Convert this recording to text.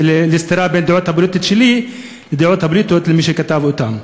לסתירה שבין הדעות הפוליטיות שלי לדעות הפוליטיות של מי שכתב אותם.